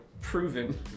proven